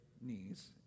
knees